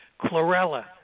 Chlorella